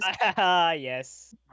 Yes